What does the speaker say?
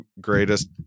greatest